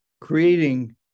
creating